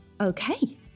Okay